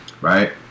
right